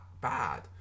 bad